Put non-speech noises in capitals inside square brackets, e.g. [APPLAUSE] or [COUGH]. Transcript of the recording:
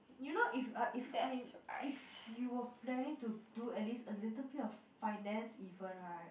you know if uh if [NOISE] if you were planning to do at least a little bit of finance even right